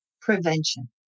prevention